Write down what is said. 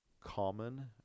common